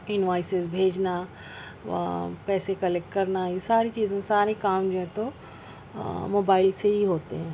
invoices بھیجنا پیسے click کرنا یہ ساری چیزیں سارے کام جو ہیں تو موبائل سے ہی ہوتے ہیں